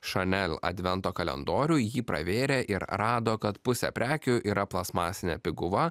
šanel advento kalendorių jį pravėrė ir rado kad pusė prekių yra plastmasinė piguva